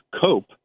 cope